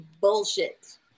bullshit